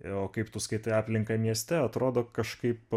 o kaip tu skaitai aplinką mieste atrodo kažkaip